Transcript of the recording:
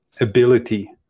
ability